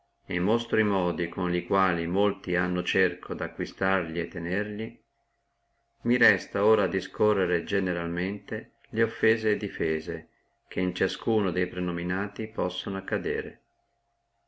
e monstro e modi con li quali molti hanno cerco di acquistarli e tenerli mi resta ora a discorrere generalmente le offese e difese che in ciascuno de prenominati possono accadere